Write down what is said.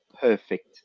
perfect